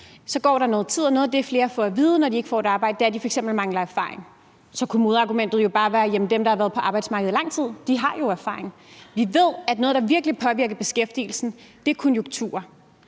Så går der noget tid, og noget af det, flere får at vide, når de ikke får et arbejde, er, at de f.eks. mangler erfaring. Så kunne modargumentet jo bare være: Jamen dem, der har været på arbejdsmarkedet i lang tid, har jo erfaring. Vi ved, at noget, der virkelig påvirker beskæftigelsen, er konjunkturer.